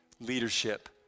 leadership